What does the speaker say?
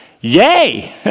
Yay